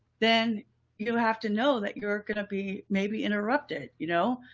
then you'll have to know that you're going to be maybe interrupted. you know?